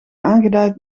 aangeduid